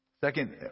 second